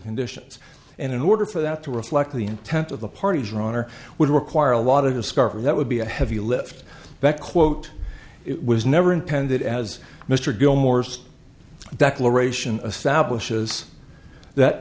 conditions and in order for that to reflect the intent of the parties runner would require a lot of discovery that would be a heavy lift that quote it was never intended as mr gilmore sed declaration of fab wishes that